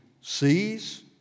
sees